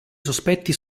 sospetti